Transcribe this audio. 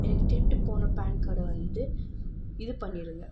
எனக்கு திருட்டு போன பேன் கார்டை வந்து இது பண்ணிடுங்க